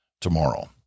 tomorrow